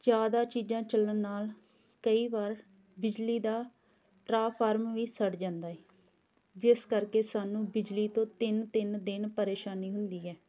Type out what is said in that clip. ਜ਼ਿਆਦਾ ਚੀਜ਼ਾਂ ਚੱਲਣ ਨਾਲ ਕਈ ਵਾਰ ਬਿਜਲੀ ਦਾ ਟ੍ਰਾਂਫਾਰਮ ਵੀ ਸੜ ਜਾਂਦਾ ਹੈ ਜਿਸ ਕਰਕੇ ਸਾਨੂੰ ਬਿਜਲੀ ਤੋਂ ਤਿੰਨ ਤਿੰਨ ਦਿਨ ਪ੍ਰੇਸ਼ਾਨੀ ਹੁੰਦੀ ਹੈ